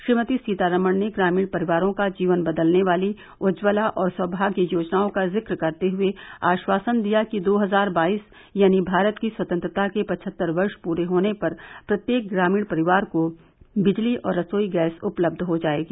श्रीमती सीतारमण ने ग्रामीण परिवारों का जीवन बदलने वाली उज्जवला और सौभाग्य योजनाओं का जिक्र करते हुए आश्वासन दिया कि दो हजार बाईस यानी भारत की स्वतंत्रता के पचहत्तर वर्ष पूरे होने पर प्रत्येक ग्रामीण परिवार को बिजली और रसोई गैस उपलब्ध हो जायेगी